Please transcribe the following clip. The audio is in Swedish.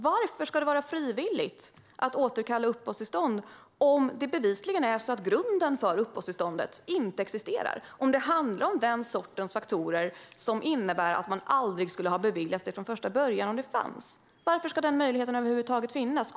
Varför ska det vara frivilligt att återkalla uppehållstillstånd om det bevisligen är så att grunden för tillståndet inte existerar och det handlar om den sortens faktorer som innebär att det aldrig borde ha beviljats från första början? Varför ska denna möjlighet över huvud taget finnas?